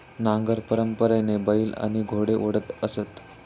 नांगर परंपरेने बैल आणि घोडे ओढत असत